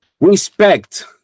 Respect